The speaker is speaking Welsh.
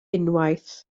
unwaith